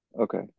Okay